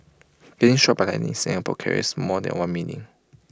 getting struck by lightning in Singapore carries more than one meaning